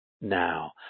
now